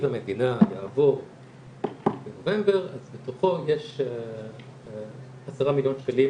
המדינה יעבור בנובמבר אז בתוכו יש עשרה מיליון שקלים